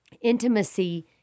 Intimacy